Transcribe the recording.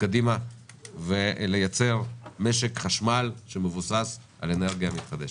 קדימה ולייצר משק חשמל שמבוסס על אנרגיה מתחדשת.